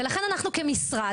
ולכן אנחנו כמשרד,